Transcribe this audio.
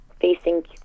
facing